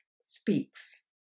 speaks